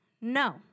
no